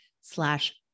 slash